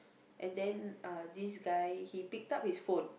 and then uh this guy he picked up his phone